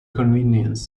convenience